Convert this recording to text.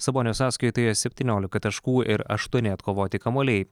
sabonio sąskaitoje septyniolika taškų ir aštuoni atkovoti kamuoliai